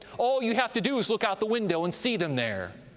all you have to do is look out the window and see them there,